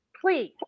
please